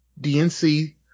DNC